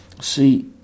see